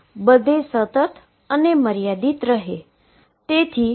તે મધ્યમાં મહત્તમ હોય છે અને પછી e x2 ની જેમ નીચે આવે છે